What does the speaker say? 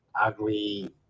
Ugly